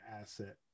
asset